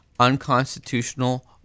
unconstitutional